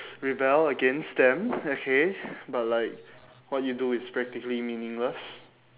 rebel against them okay but like what you do is practically meaningless